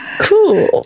Cool